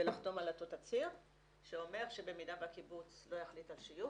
ולחתום על אותו תצהיר שאומר שבמידה והקיבוץ לא יחליט על שיוך,